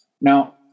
Now